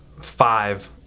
five